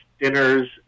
dinners